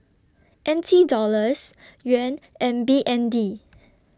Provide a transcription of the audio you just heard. N T Dollars Yuan and B N D